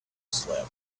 slept